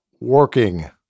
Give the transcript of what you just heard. working